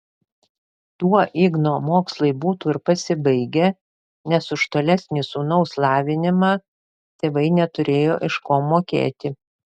tuo igno mokslai būtų ir pasibaigę nes už tolesnį sūnaus lavinimą tėvai neturėjo iš ko mokėti